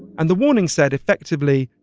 and the warning said effectively,